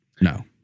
No